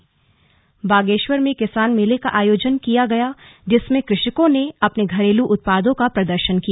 slug किसान मेला बागेश्वर में किसान मेले का आयोजन किया गया जिसमें कृषकों ने अपने घरेलू उत्पादों का प्रदर्शन किया